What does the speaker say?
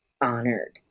honored